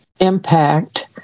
impact